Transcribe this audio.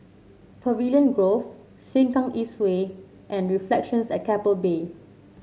Pavilion Grove Sengkang East Way and Reflections at Keppel Bay